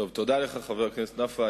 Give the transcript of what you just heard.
תודה לך, חבר הכנסת נפאע.